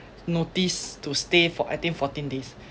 notice to stay for I think fourteen days